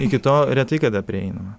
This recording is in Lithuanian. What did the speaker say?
iki tol retai kada prieinama